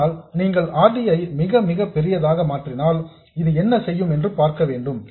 ஆனால் நீங்கள் R D ஐ மிக மிக பெரியதாக மாற்றினால் இது என்ன செய்யும் என்று பார்க்க வேண்டும்